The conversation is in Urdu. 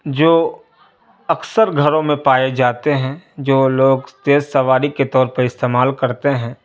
جو اکثر گھروں میں پائے جاتے ہیں جو لوگ تیز سواری کے طور پر استعمال کرتے ہیں